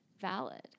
valid